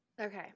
Okay